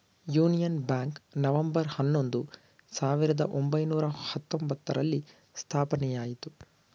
union Bank November ಹನ್ನೊಂದು, ಸಾವಿರದ ಒಂಬೈನೂರ ಹತ್ತೊಂಬ್ತರಲ್ಲಿ ಸ್ಥಾಪನೆಯಾಯಿತು